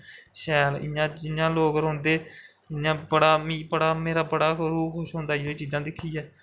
शैल इ'यां जि'यां लोग रौंह्दे इ'यां बड़ा मिगी बड़ा मेरा बड़ा रुह् खुश होंदा एह् जेही चीजां दिक्खियै